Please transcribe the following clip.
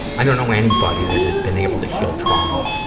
i don't know anybody that has been able to heal trauma